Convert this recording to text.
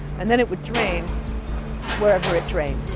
and then it would drain wherever it drained.